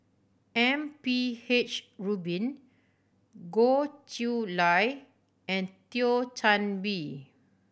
M P H Rubin Goh Chiew Lye and Thio Chan Bee